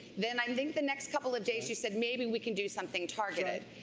then i mean the next couple of days you said maybe we can do something targeted.